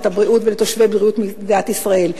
הבריאות ולבריאות תושבי מדינת ישראל?